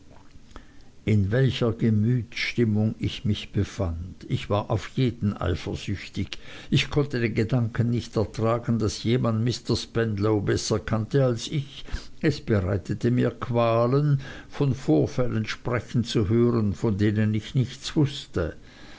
in welcher gemütsstimmung ich mich befand ich war auf jeden eifersüchtig ich konnte den gedanken nicht ertragen daß jemand mr spenlow besser kannte als ich es bereitete mir qualen von vorfällen sprechen zu hören von denen ich nichts wußte